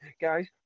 guys